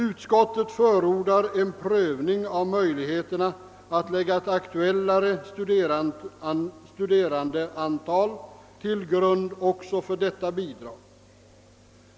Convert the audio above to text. Utskottet förordar en prövning av möjligheterna att lägga ett aktuellare studerandeantal till grund också för detta bidrag.